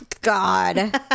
god